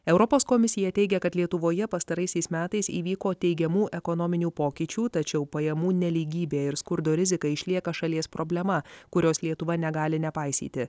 europos komisija teigia kad lietuvoje pastaraisiais metais įvyko teigiamų ekonominių pokyčių tačiau pajamų nelygybė ir skurdo rizika išlieka šalies problema kurios lietuva negali nepaisyti